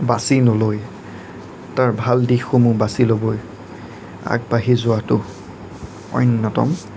বাচি নলৈ তাৰ ভাল দিশসমূহ বাচি ল'বলৈ আগবাঢ়ি যোৱাটো অন্যতম